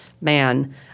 man